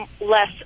less